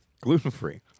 Gluten-free